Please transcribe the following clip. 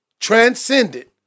transcended